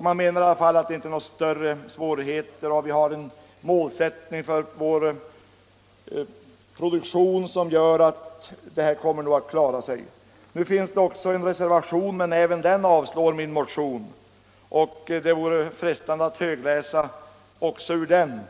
Man menar att det inte fanns några större svårigheter och att den målsättning vi hade för vår produktion skulle göra att försörjningsläget inte påverkades i nämnvärd grad. Det fanns också en reservation till nämnda utlåtande, men även där yrkades avslag på min motion. Det vore frestande att högläsa också ur den.